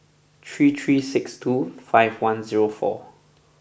three three six two five one zero four